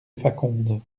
faconde